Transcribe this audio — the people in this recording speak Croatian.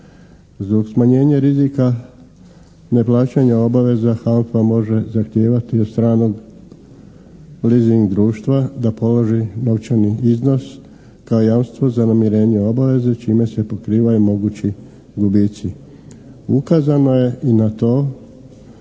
Zbog smanjenja rizika neplaćenja obaveza «HALFA» može zahtijevati od stranog leasing društva da položi novčani iznos kao jamstvo za namirenje obaveze čime se pokrivaju mogući gubici. Ukazano je i na to